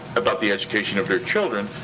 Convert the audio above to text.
about the education of their children,